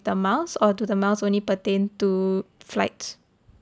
the miles or do the miles only pertain to flights